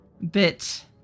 bit